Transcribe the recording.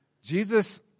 Jesus